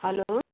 hello